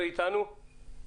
איתנו?